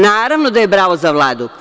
Naravno da je bravo za Vladu.